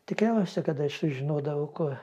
tikriausia kad aš sužinodavau ko